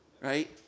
right